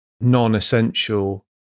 non-essential